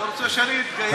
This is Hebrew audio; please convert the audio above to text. אתה רוצה שאני אתגייר?